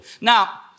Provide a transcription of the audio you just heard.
Now